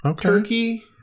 turkey